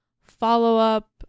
follow-up